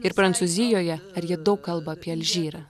ir prancūzijoje ar jie daug kalba apie alžyrą